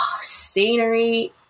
scenery